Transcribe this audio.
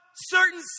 certain